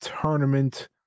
tournament